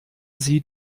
sie